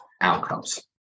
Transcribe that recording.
outcomes